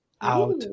out